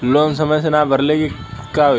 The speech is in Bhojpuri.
लोन समय से ना भरले पर का होयी?